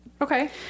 Okay